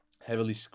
heavily